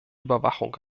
überwachung